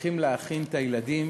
צריכים להכין את הילדים